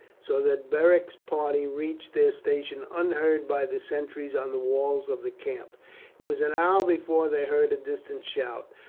so that beric's party reached their station unheard by the sentries on the walls of the camp. it was an hour before they heard a distant shout,